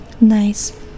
Nice